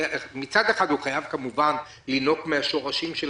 מצד אחד הוא חייב כמובן לינוק מהשורשים של